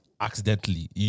accidentally